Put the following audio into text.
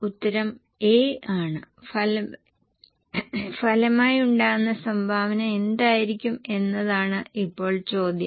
ഉത്തരം A ആണ് ഫലമായുണ്ടാകുന്ന സംഭാവന എന്തായിരിക്കും എന്നതാണ് ഇപ്പോൾ ചോദ്യം